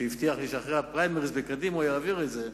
שהבטיח לי שאחרי הפריימריס לקדימה הוא יעביר את זה.